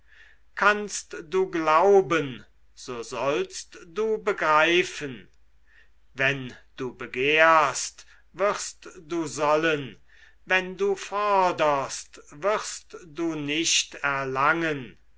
kannst du glauben so sollst du begreifen wenn du begehrst wirst du sollen wenn du forderst wirst du nicht erlangen